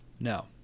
No